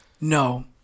No